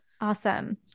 Awesome